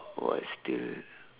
what still